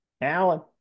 Alan